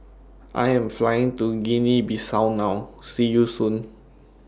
I Am Flying to Guinea Bissau now See YOU Soon